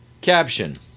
Caption